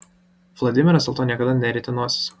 vladimiras dėl to niekada nerietė nosies